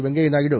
Venkaiah Naidu